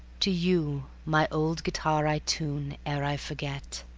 to you my old guitar i tune ere i forget,